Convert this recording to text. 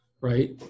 right